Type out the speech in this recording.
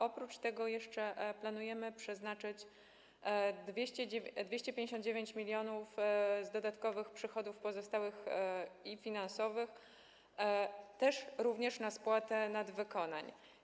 Oprócz tego jeszcze planujemy przeznaczyć 259 mln z dodatkowych przychodów pozostałych i finansowych również na spłatę nadwykonań.